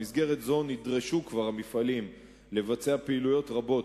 במסגרת זו כבר נדרשו המפעלים לבצע פעילויות רבות,